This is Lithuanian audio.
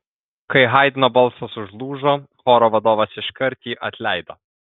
kai haidno balsas užlūžo choro vadovas iškart jį atleido